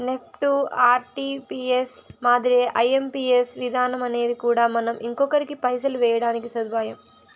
NEFT, RTGS మాదిరే IMPS విధానమనేది కూడా మనం ఇంకొకరికి పైసలు వేయడానికి సదుపాయం